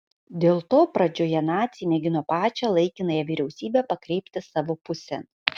dėl to pradžioje naciai mėgino pačią laikinąją vyriausybę pakreipti savo pusėn